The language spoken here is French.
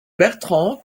bertrand